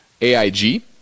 AIG